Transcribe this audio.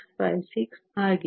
656 ಆಗಿದೆ